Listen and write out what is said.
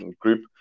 group